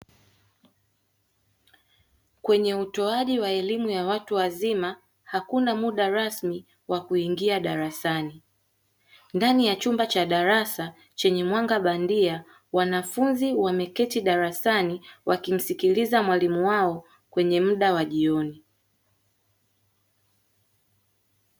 Kwenye utoaji wa elimu ya watu wazima hakuna muda rasmi wa kuingia darasani. Ndani ya chumba cha darasa chenye mwanga bandia wanafunzi wameketi darasani wakimsikiliza mwalimu wao kwenye muda wa jioni.